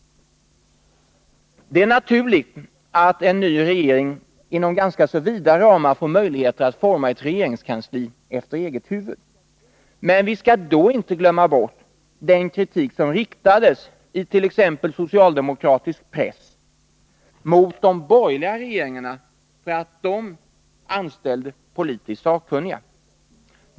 Det är naturligt att en ny regering inom ganska vida ramar får möjlighet att forma ett regeringskansli efter eget huvud. Men vi skall då inte glömma den kritik som riktades i t.ex. socialdemokratisk press mot de borgerliga regeringarna för att de anställde politiskt sakkunniga.